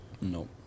No